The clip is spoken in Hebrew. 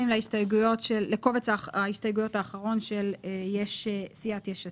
ההסתייגות השלישית, סעיף 3 יימחק.